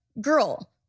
girl